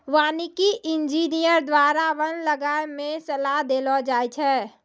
वानिकी इंजीनियर द्वारा वन लगाय मे सलाह देलो जाय छै